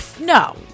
No